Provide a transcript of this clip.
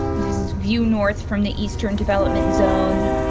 this is view north from the eastern development zone.